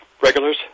regulars